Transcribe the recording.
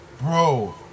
bro